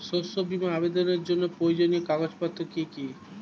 শস্য বীমা আবেদনের জন্য প্রয়োজনীয় কাগজপত্র কি কি?